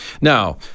Now